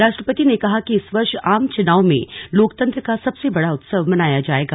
राष्ट्रपति ने कहा कि इस वर्ष आम चुनाव में लोकतंत्र का सबसे बड़ा उत्सव मनाया जाएगा